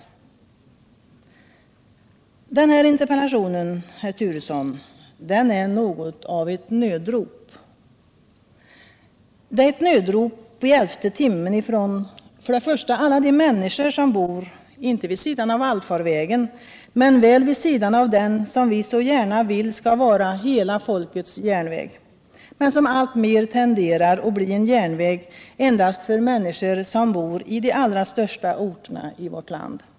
Den här interpellationen, herr Turesson, är något av ett nödrop! Den är ett nödrop i elfte timmen från först och främst alla de människor som bor, inte vid sidan om allfarvägen men väl vid sidan av den som vi så gärna vill skall vara ”hela folkets järnväg”, men som alltmer tenderar att bli en järnväg endast för människor som bor i de allra största orterna i vårt land.